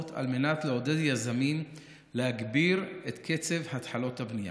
על מנת לעודד יזמים להגביר את קצב התחלות הבנייה.